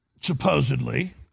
supposedly